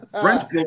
French